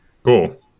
Cool